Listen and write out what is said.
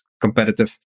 competitive